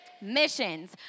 Missions